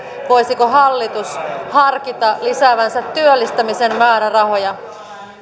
voisiko hallitus harkita lisäävänsä työllistämisen määrärahoja